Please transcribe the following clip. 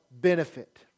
benefit